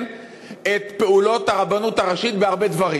את פעולות הרבנות הראשית בהרבה דברים.